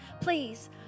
please